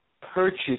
purchase